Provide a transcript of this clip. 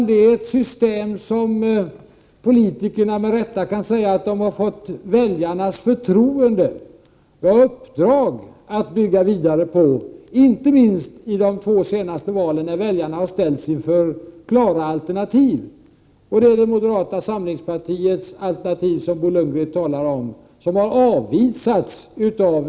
Det är ett system som politikerna med rätta kan säga att de har fått väljarnas förtroende och uppdrag att bygga vidare på, inte minst i de två senaste valen, där väljarna har ställts inför klara alternativ och där moderata samlingspartiets alternativ, som Bo Lundgren talar om, har avvisats.